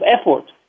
effort